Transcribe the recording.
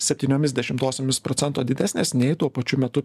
septyniomis dešimtosiomis procento didesnės nei tuo pačiu metu